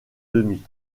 demi